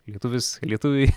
lietuvis lietuviui